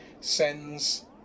sends